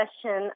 question